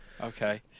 Okay